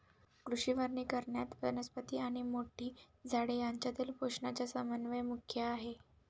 कृषी वनीकरणात, वनस्पती आणि मोठी झाडे यांच्यातील पोषणाचा समन्वय मुख्य आहे